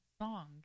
song